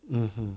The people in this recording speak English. uh hmm